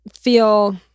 feel